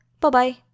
Bye-bye